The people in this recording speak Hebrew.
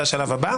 זה השלב הבא.